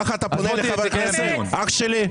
ככה אתה פונה לחבר כנסת, אח שלי?